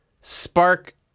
spark